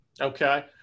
Okay